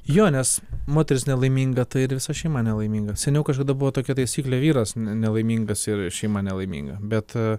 jo nes moteris nelaiminga tai ir visa šeima nelaiminga seniau kažkada buvo tokia taisyklė vyras ne nelaimingas ir šeima nelaiminga bet